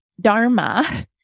dharma